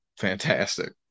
fantastic